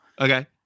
Okay